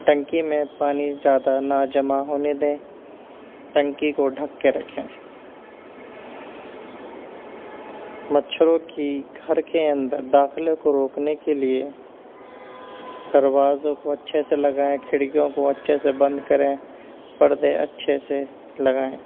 ٹنکی میں پانی جیادہ نہ جمع ہونے دیں ٹنکی کو ڈھک کے رکھیں مچھروں کی گھر کے اندر داخلے کو روکنے کے لیے دروازوں کو اچھے سے لگائیں کھڑکیوں کو اچھے سے بند کریں پردے اچھے سے لگائیں